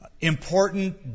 important